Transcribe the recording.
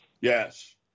yes